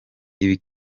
ibi